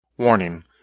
Warning